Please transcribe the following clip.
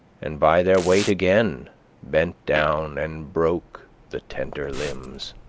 and by their weight again bent down and broke the tender limbs.